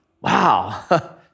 wow